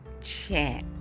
chat